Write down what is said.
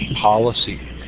policy